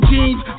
Jeans